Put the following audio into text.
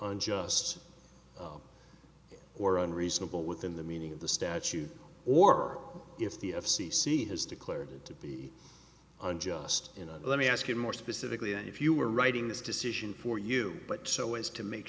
unjust or unreasonable within the meaning of the statute or if the f c c has declared it to be unjust you know let me ask you more specifically if you were writing this decision for you but so as to make